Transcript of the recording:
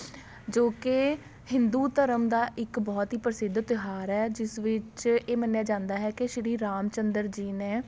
ਜੋ ਕਿ ਹਿੰਦੂ ਧਰਮ ਦਾ ਇੱਕ ਬਹੁਤ ਹੀ ਪ੍ਰਸਿੱਧ ਤਿਉਹਾਰ ਹੈ ਜਿਸ ਵਿੱਚ ਇਹ ਮੰਨਿਆ ਜਾਂਦਾ ਹੈ ਕਿ ਸ਼੍ਰੀ ਰਾਮ ਚੰਦਰ ਜੀ ਨੇ